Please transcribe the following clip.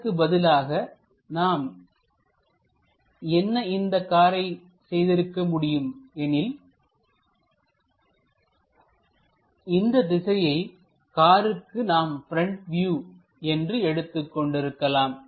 அதற்கு பதிலாக நாம் என்ன இந்த காரை என்ன செய்திருக்க முடியும் எனில் இந்த திசையை காருக்கு நாம் ப்ரெண்ட் வியூ என்று எடுத்துக் கொண்டிருக்கலாம்